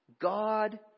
God